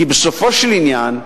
כי בסופו של עניין,